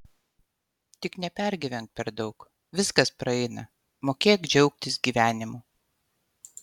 tik nepergyvenk per daug viskas praeina mokėk džiaugtis gyvenimu